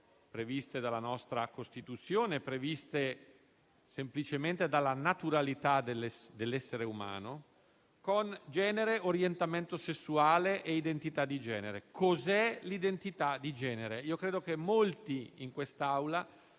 previste dalla nostra Costituzione e semplicemente dalla naturalità dell'essere umano, con «genere», «orientamento sessuale» e «identità di genere». Cos'è l'identità di genere? Credo che molti in quest'Aula